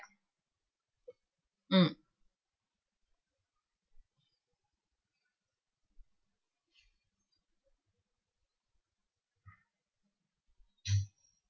mm